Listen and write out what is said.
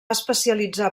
especialitzar